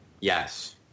Yes